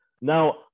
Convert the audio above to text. Now